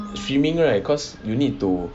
streaming right cause you need to